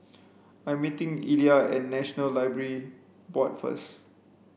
I meeting Illya at National Library Board first